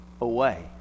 away